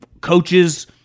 Coaches